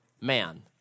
man